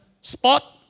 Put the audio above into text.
Spot